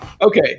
Okay